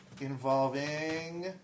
involving